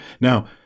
Now